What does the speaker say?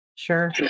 Sure